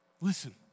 listen